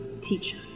teacher